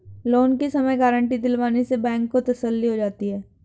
loan के समय guarantee दिलवाने से बैंक को तसल्ली हो जाती है